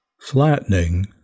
Flattening